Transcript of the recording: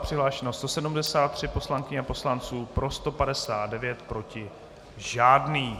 Přihlášeno 173 poslankyň a poslanců, pro 159, proti žádný.